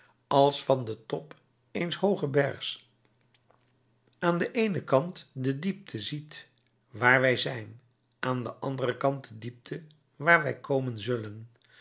als van den top eens hoogen bergs aan den eenen kant de diepte ziet waar wij zijn aan den anderen kant de diepte waar wij komen zullen